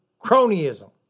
cronyism